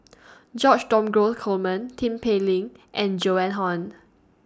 George Dromgold Coleman Tin Pei Ling and Joan Hon